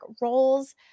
roles